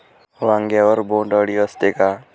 वांग्यावर बोंडअळी असते का?